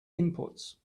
inputs